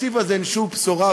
בתקציב הזה אין שום בשורה.